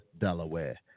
Delaware